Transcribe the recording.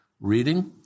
reading